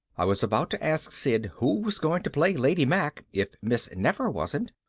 i was about to ask sid who was going to play lady mack if miss nefer wasn't,